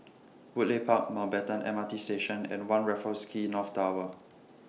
Woodleigh Park Mountbatten M R T Station and one Raffles Quay North Tower